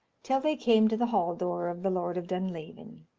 till they came to the hall-door of the lord of dunlavin,